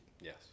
Yes